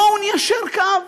בואו ניישר קו,